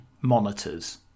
monitors